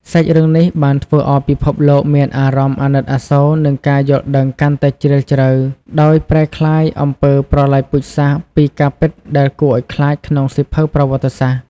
សាច់រឿងនេះបានធ្វើឲ្យពិភពលោកមានអារម្មណ៍អាណិតអាសូរ និងការយល់ដឹងកាន់តែជ្រាលជ្រៅ ដោយប្រែក្លាយអំពើប្រល័យពូជសាសន៍ពីការពិតដែលគួរឲ្យខ្លាចក្នុងសៀវភៅប្រវត្តិសាស្ត្រ។